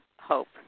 hope